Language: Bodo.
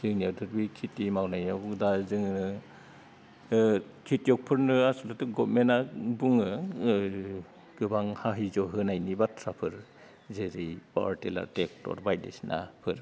जोंनियावथ' खिथि मावनायावबो दा जोङो खेथियगफोरनो आसलथे गभर्नमेन्टआ बुङो गोबां हाहिज' होनायनि बाथ्राफोर जेरै पावार टिलार ट्रेक्टर बायदिसिनाफोर